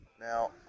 Now